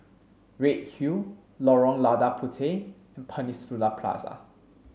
Redhill Lorong Lada Puteh and Peninsula Plaza